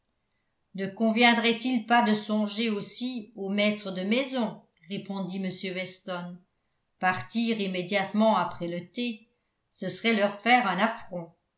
ne conviendrait-il pas de songer aussi aux maitres de maison répondit m weston partir immédiatement après le thé ce serait leur faire un